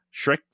shrek